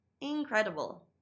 incredible